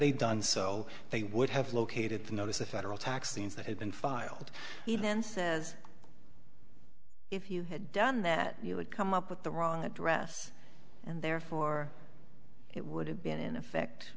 they done so they would have located the notice of federal tax liens that had been filed even says if you had done that you would come up with the wrong address and therefore it would have been in effect